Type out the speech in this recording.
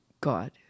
God